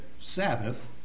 Sabbath